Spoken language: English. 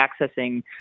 accessing